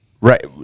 Right